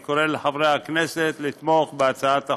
אני קורא לחברי הכנסת לתמוך בהצעת החוק.